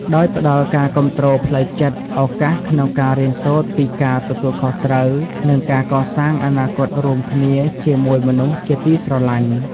ដោយផ្តល់ការគាំទ្រផ្លូវចិត្ត ឱកាសក្នុងការរៀនសូត្រពីការទទួលខុសត្រូវ និងការកសាងអនាគតរួមគ្នាជាមួយមនុស្សជាទីស្រឡាញ់។